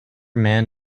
man